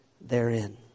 therein